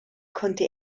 konnte